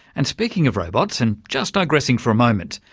and speaking of robots, and just digressing for a moment,